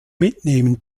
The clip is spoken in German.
mitnehmen